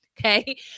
okay